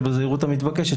ובזהירות המתבקשת,